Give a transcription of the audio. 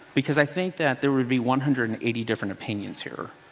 because i think that there would be one hundred and eighty different opinions here.